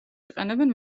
იყენებენ